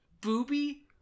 Booby